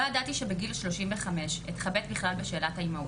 לא ידעתי שבגיל 35 אתחבט בכלל בשאלת האימהות.